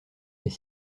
est